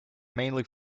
mainly